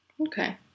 Okay